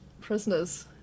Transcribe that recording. prisoners